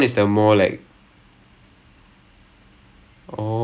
indoor is damn high pace is damn intense